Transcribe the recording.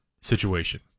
situation